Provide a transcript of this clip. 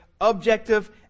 objective